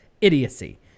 idiocy